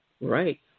Right